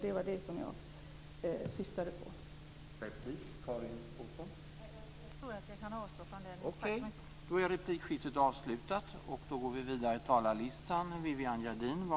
Det var det som jag syftade på.